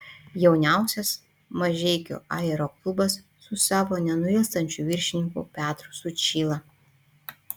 jauniausias mažeikių aeroklubas su savo nenuilstančiu viršininku petru sučyla